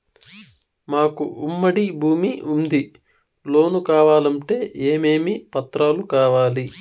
మాకు ఉమ్మడి భూమి ఉంది లోను కావాలంటే ఏమేమి పత్రాలు కావాలి?